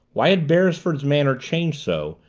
why had beresford's manner changed so,